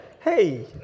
Hey